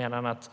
Menar han att